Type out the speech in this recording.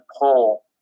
pull